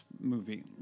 movie